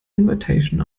invitation